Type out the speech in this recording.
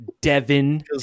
Devin